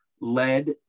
led